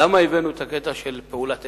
למה הבאנו את העניין של פעולת איבה?